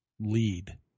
lead